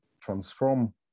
transform